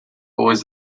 was